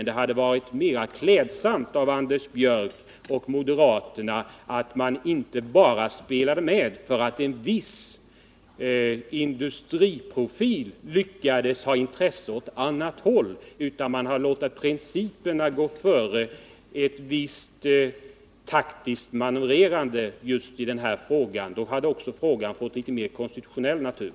Det hade dock varit mera klädsamt om Anders Björck och moderaterna inte spelat med enbart därför att en viss industriprofil lyckades visa ett intresse åt annat håll. Härvidlag borde moderaterna ha låtit principerna gå före ett visst taktiskt manövrerande just i denna fråga, som därigenom hade fått en mera konstitutionell natur.